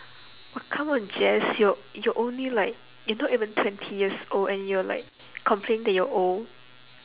oh come on jace you're you're only like you're not even twenty years old and you are like complain that you are old